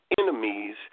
enemies